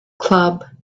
club